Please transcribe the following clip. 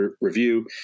review